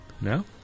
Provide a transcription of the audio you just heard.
No